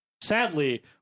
Sadly